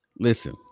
Listen